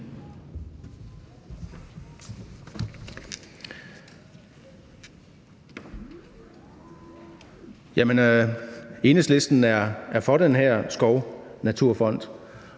Enhedslisten er for den her skov- og naturfond.